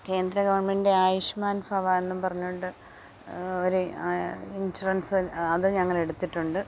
കേന്ദ്ര ഗവൺമെൻറിൻ്റെ ആയുഷ്മാൻ ഭവ എന്നും പറഞ്ഞുകൊണ്ട് ഒരു ഇൻഷുറൻസ് അത് ഞങ്ങൾ എടുത്തിട്ടുണ്ട്